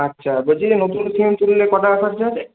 আচ্ছা বলছি যে নতুন সিম তুললে কটাকা খরচা